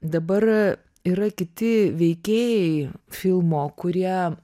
dabar yra kiti veikėjai filmo kurie